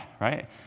right